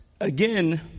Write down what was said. Again